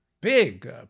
big